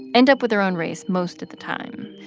end up with their own race most at the time.